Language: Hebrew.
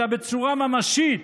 אלא בצורה ממשית,